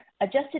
Adjusted